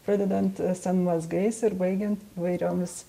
pradedant san mazgais ir baigiant įvairiomis